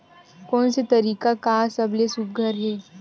कोन से तरीका का सबले सुघ्घर हे?